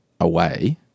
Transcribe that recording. away